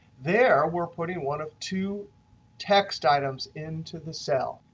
there, we're putting one of two text items into the cell.